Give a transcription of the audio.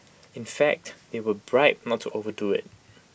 in fact they were bribed not to overdo IT